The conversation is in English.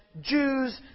Jews